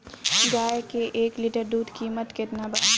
गाय के एक लीटर दूध कीमत केतना बा?